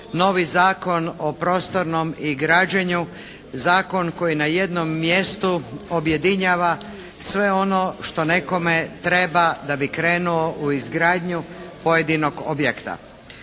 novi Zakon o prostornom i građenju, zakon koji na jednom mjestu objedinjava sve ono što nekome treba da bi krenuo u izgradnju pojedinog objekta.